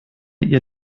ihr